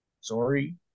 Sorry